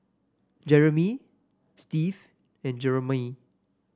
Jerimy Steve and Jeramie